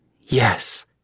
Yes